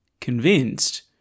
Convinced